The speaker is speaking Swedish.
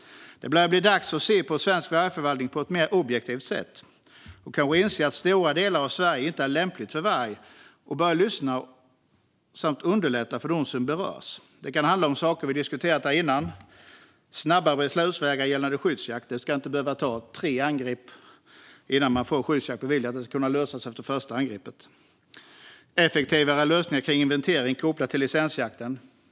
Det börjar bli dags att se på svensk vargförvaltning på ett mer objektivt sätt, kanske inse att stora delar av Sverige inte är lämpligt för varg, och börja lyssna på samt underlätta för dem som berörs. Det kan handla om saker som vi har diskuterat här tidigare, till exempel snabbare beslutsvägar gällande skyddsjakt. Det ska inte behöva ske tre angrepp innan man får skyddsjakt beviljad. Det ska kunna lösas efter första angreppet. Det behövs också effektivare lösningar kring inventering kopplad till licensjakten.